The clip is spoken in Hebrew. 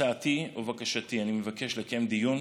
הצעתי ובקשתי: אני מבקש לקיים דיון